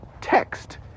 text